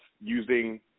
using